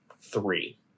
three